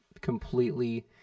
completely